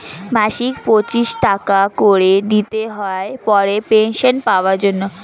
মাসিক পঁচিশ টাকা করে দিতে হয় পরে পেনশন পাওয়া যায় এই প্রকল্পে টির নাম কি?